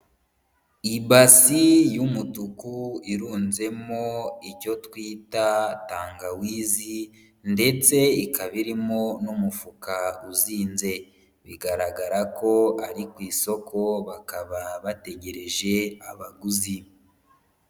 Ibasi y'umutuku irunzemo icyo twita tangawizi, ndetse ikaba irimo n'umufuka uzinze, bigaragara ko ari ku isoko bakaba bategereje abaguzi.